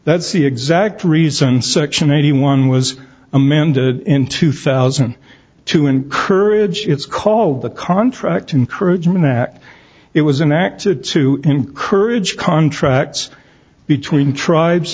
that's the exact reason section eighty one was amended in two thousand to encourage it's called the contract encouragement that it was an act to encourage contracts between tribes